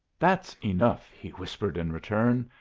that's enough, he whispered, in return.